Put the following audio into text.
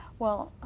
well,